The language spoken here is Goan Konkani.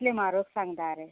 कितले म्हारग सांगता रे